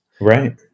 right